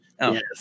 Yes